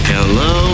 Hello